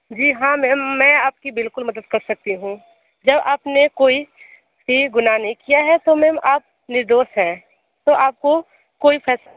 जी हाँ मैम मैं आपकी बिलकुल मदद कर सकती हूँ जब आपने कोई भी गुनाह नहीं किया है तो मैम आप निर्दोस हैं तो आपको कोई फसा